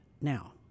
now